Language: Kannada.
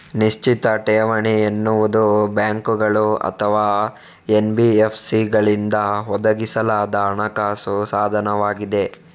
ನಿಶ್ಚಿತ ಠೇವಣಿ ಎನ್ನುವುದು ಬ್ಯಾಂಕುಗಳು ಅಥವಾ ಎನ್.ಬಿ.ಎಫ್.ಸಿಗಳಿಂದ ಒದಗಿಸಲಾದ ಹಣಕಾಸು ಸಾಧನವಾಗಿದೆ